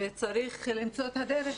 וצריך למצוא את הדרך,